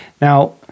Now